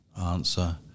answer